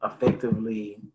effectively